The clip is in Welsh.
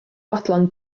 fodlon